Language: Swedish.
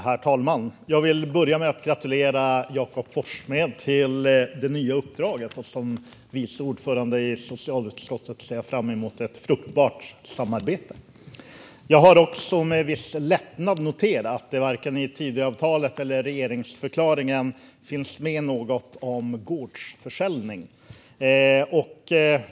Herr talman! Jag vill börja med att gratulera Jakob Forssmed till det nya uppdraget. Som vice ordförande i socialutskottet ser jag fram emot ett fruktbart samarbete. Jag har också med viss lättnad noterat att det varken i Tidöavtalet eller regeringsförklaringen finns med något om gårdsförsäljning.